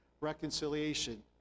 reconciliation